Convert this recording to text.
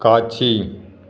காட்சி